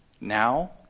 now